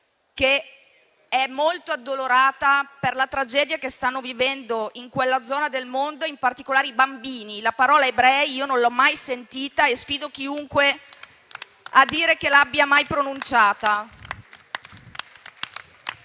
che è molto addolorata per la tragedia che stanno vivendo, in quella zona del mondo, in particolare i bambini. La parola "ebrei" io non l'ho mai sentita e sfido chiunque a dire che l'abbia mai pronunciata.